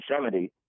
1970